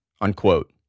unquote